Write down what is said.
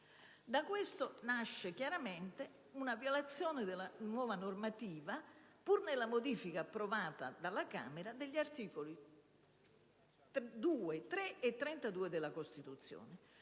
Da ciò nasce chiaramente una violazione da parte della nuova normativa, pur nella modifica approvata dalla Camera, degli articoli 2, 3 e 32 della Costituzione,